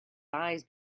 eyes